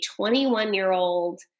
21-year-old